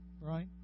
right